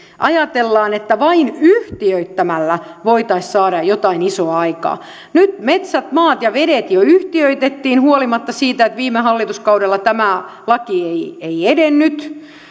ajatellaan että vain yhtiöittämällä voitaisiin saada jotain isoa aikaan nyt metsät maat ja vedet jo yhtiöitettiin huolimatta siitä että viime hallituskaudella tämä laki ei edennyt